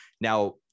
now